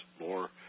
more